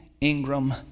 Ingram